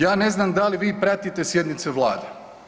Ja ne znam da li vi pratite sjednice vlade?